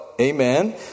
Amen